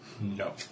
No